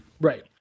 right